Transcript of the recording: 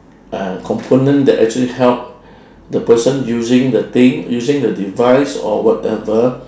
a component that actually help the person using the thing using the device or whatever